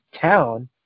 town